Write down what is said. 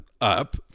up